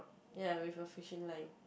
ya with a fishing line